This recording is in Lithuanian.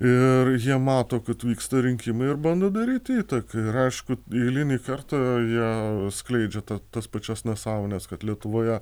ir jie mato kad vyksta rinkimai ir bando daryt įtaką ir aišku eilinį kartą jie skleidžia tą tas pačias nesąmones kad lietuvoje